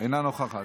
אינה נוכחת,